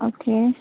okay